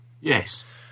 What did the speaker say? Yes